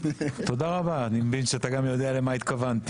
תודה רבה, אני מבין שאתה יודע למה התכוונתי.